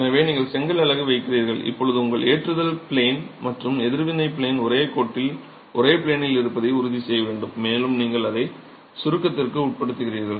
எனவே நீங்கள் செங்கல் அலகு வைக்கிறீர்கள் இப்போது உங்கள் ஏற்றுதல் ப்ளேன் மற்றும் எதிர்வினை ப்ளேன் ஒரே கோட்டில் ஒரே ப்ளேனில் இருப்பதை உறுதி செய்ய வேண்டும் மேலும் நீங்கள் அதை சுருக்கத்திற்கு உட்படுத்துகிறீர்கள்